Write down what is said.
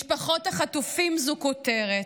"משפחות החטופים" זו כותרת,